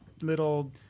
little